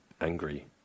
angry